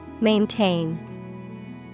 Maintain